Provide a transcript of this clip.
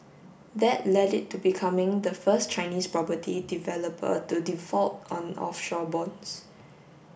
that leaded to becoming the first Chinese property developer to default on offshore bonds